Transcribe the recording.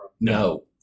No